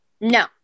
No